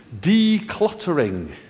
decluttering